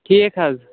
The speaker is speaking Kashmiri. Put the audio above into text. ٹھیٖک حظ